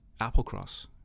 Applecross